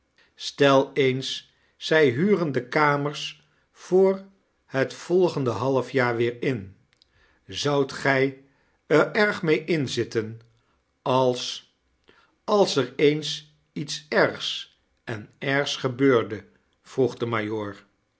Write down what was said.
stel eens zij huren de kamers voor het volgende halfjaar weer in zoudt gjj er erg mee inzitten als als er eens iets ergs en ergs gebeurde vroeg de